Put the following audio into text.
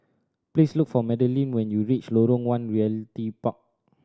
please look for Madeline when you reach Lorong One Realty Park